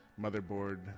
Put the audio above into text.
motherboard